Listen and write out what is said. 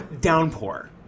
downpour